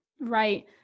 Right